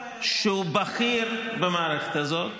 שהוא בכיר במערכת הזאת,